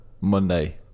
Monday